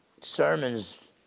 sermons